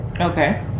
Okay